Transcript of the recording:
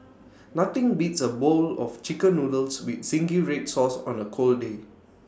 nothing beats A bowl of Chicken Noodles with Zingy Red Sauce on A cold day